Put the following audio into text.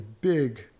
big